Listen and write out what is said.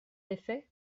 effet